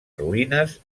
ruïnes